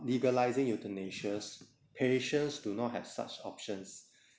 legalizing euthanasias patients do not have such options